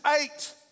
eight